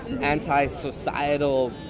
anti-societal